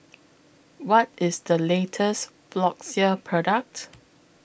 What IS The latest Floxia Product